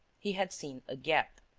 he had seen a gap.